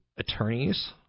attorneys